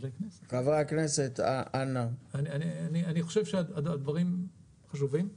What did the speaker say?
אני חושב שהנושא של בתי מלון סגורים,